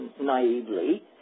naively